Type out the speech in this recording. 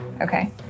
Okay